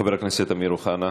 חבר הכנסת אמיר אוחנה,